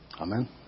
Amen